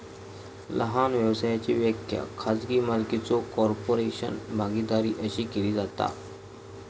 लहान व्यवसायाची व्याख्या खाजगी मालकीचो कॉर्पोरेशन, भागीदारी अशी केली जाता